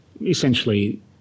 essentially